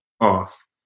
off